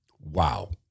Wow